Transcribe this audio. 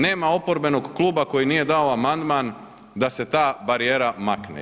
Nema oporbenog kluba koji nije dao amandman da se ta barijera makne.